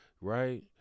right